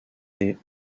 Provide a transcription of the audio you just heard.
des